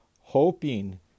hoping